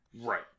Right